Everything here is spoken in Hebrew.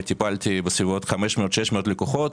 וטיפלתי בבסביבות 600-500 לקוחות.